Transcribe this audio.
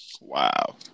Wow